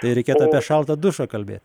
tai reikėtų apie šaltą dušą kalbėt